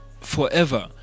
forever